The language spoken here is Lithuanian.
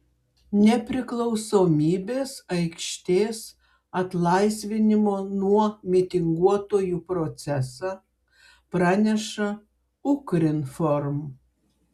nepriklausomybės aikštės atlaisvinimo nuo mitinguotojų procesą praneša ukrinform